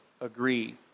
agree